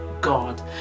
God